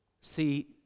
see